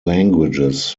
languages